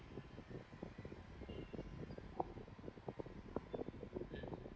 mm